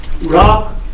rock